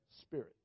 spirit